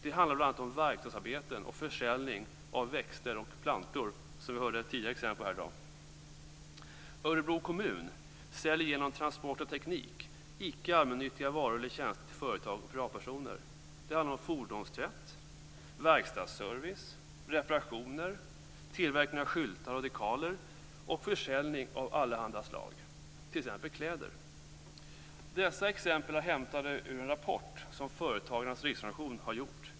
Det handlar bl.a. om verkstadsarbeten och försäljning av växter och plantor, som vi hört exempel på tidigare här i dag. Örebro kommun säljer genom Transport och Teknik icke allmännyttiga varor eller tjänster till företag och privatpersoner. Det handlar om fordonstvätt, verkstadsservice, reparationer, tillverkning av skyltar och dekaler samt försäljning av allehanda slag, t.ex. av kläder. Dessa exempel är hämtade ur en rapport som Företagarnas Riksorganisation har gjort.